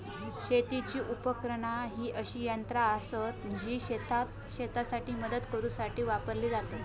शेतीची उपकरणा ही अशी यंत्रा आसत जी शेतात शेतीसाठी मदत करूसाठी वापरली जातत